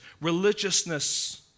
Religiousness